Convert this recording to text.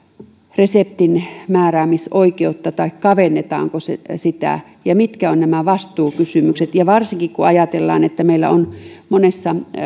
reseptinmääräämisoikeutta tai kavennetaanko sitä ja mitkä ovat nämä vastuukysymykset varsinkin kun ajatellaan että meillä on monessa